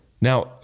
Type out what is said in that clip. now